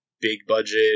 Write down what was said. big-budget